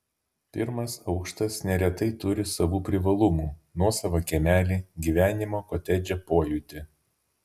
pirmas aukštas neretai turi savų privalumų nuosavą kiemelį gyvenimo kotedže pojūtį